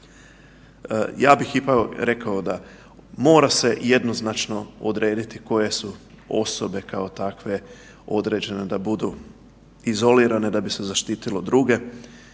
Ja bih ipak rekao da mora se jednoznačno odrediti koje su osobe kao takve određene da budu izolirane da bi se zaštitilo druge,